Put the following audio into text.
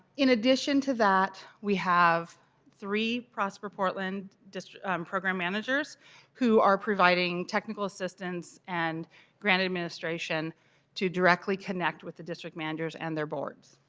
in addition to that, we have three prosper portland program managers who are providing technical assistance and grant administration to directly connect with the district managers and their boards.